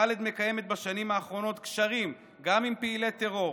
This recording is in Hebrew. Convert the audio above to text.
ח'אלד מקיימת בשנים האחרונות קשרים גם עם פעילי טרור,